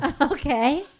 Okay